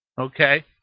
okay